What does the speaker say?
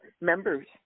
members